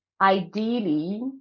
ideally